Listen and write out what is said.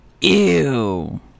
Ew